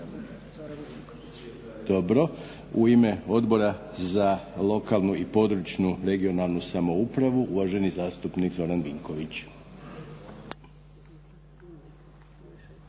Dobro. U ime Odbora za lokalnu i područnu (regionalna) samoupravu uvaženi zastupnik Zoran Vinković.